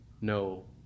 no